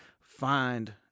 find